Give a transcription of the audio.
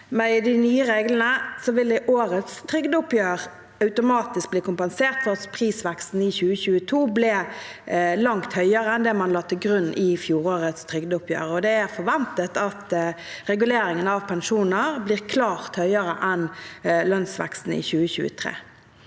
de nye reglene vil det i årets trygdeoppgjør automatisk bli kompensert for at prisveksten i 2022 ble langt høyere enn det man la til grunn i fjorårets trygdeoppgjør. Det er forventet at reguleringen av pensjoner blir klart høyere enn lønnsveksten i 2023.